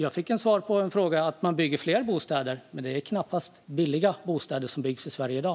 Jag fick ett svar om att man bygger fler bostäder, men det är knappast billiga bostäder som byggs i Sverige i dag.